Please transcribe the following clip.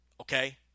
okay